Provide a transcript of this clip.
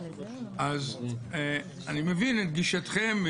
אני מבין את גישתכם,